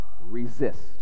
resist